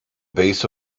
base